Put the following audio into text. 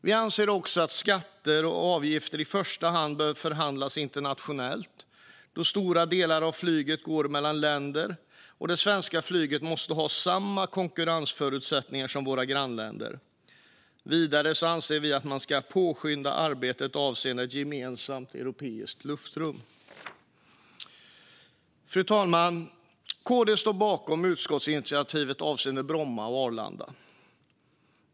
Vi anser också att skatter och avgifter i första hand bör förhandlas internationellt, då stora delar av flyget går mellan länder och det svenska flyget måste ha samma konkurrensförutsättningar som våra grannländer. Vidare anser vi att man ska påskynda arbetet avseende ett gemensamt europeiskt luftrum. Fru talman! KD står bakom utskottsinitiativet avseende Bromma och Arlanda.